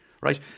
right